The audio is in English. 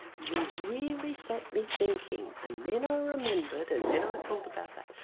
you really set me thinking and then i remembered and then i thought about that.